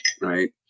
right